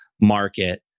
market